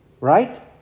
right